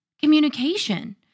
communication